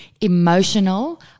emotional